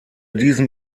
diesen